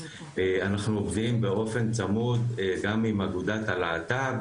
אנחנו עוקבים באופן צמוד גם עם אגודת הלהט"ב,